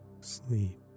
sleep